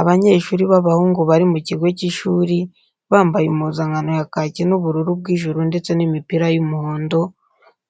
Abanyeshuri b'abahungu bari mu kigo cy'ishuri bambaye impuzankano ya kaki n'ubururu bw'ijuru ndetse n'imipira y'umuhondo,